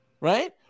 right